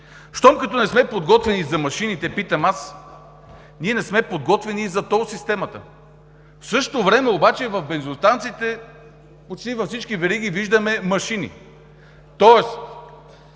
Щом като не сме подготвени за машините, аз питам дали сме подготвени и за тол системата. В същото време обаче в бензиностанциите, почти във всички вериги, виждаме машини. Тоест